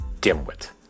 dimwit